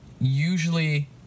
usually